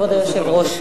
כבוד היושב-ראש,